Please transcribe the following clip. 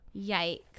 yikes